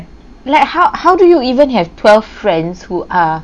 like how how do you even have twelve friends who are